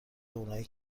اونایی